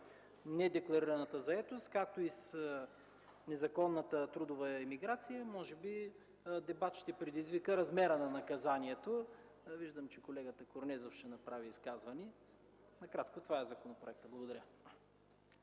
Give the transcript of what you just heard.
на декларираната заетост, както и с незаконната трудова имиграция. Може би дебат ще предизвика размерът на наказанието. Виждам, че колегата Корнезов ще направи изказване. Накратко – това е законопроектът.